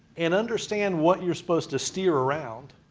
and understand what you're supposed to steer around,